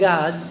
God